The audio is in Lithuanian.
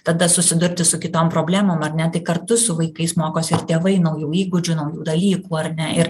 tada susidurti su kitom problemom ar ne tai kartu su vaikais mokosi ir tėvai naujų įgūdžių naujų dalykų ar ne ir